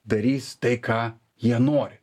darys tai ką jie nori